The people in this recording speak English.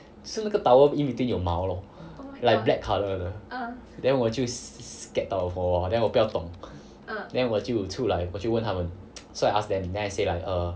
是那个 towel in between 有毛咯 like black colour 的 then 我就 ss~ scared out of all lor then 我就 scared 到 for a while then 我不要动 then 我就出来我就问他们 so I ask them then I say like err